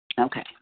Okay